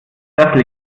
das